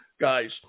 guys